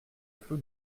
flou